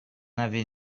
avez